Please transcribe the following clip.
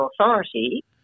authority